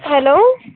hello